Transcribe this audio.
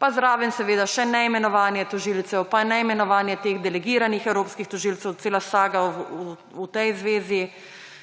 Pa zraven seveda še neimenovanje tožilcev pa neimenovanje teh delegiranih evropskih tožilcev, cela saga v tej zvezi,